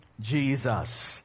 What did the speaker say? Jesus